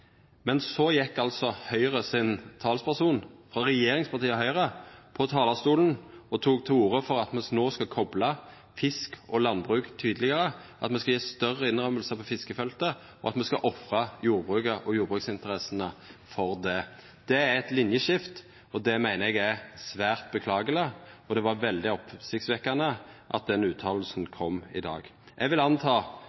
men så gjekk talspersonen til Høgre – frå regjeringspartiet Høgre – på talarstolen og tok til orde for at me no skal kopla fisk og landbruk tydelegare, at me skal gje større innrømmingar på fiskefeltet, at me skal ofra jordbruket og jordbruksinteressene for det. Det er eit linjeskifte, det meiner eg er svært beklageleg, og det er veldig oppsiktsvekkjande at den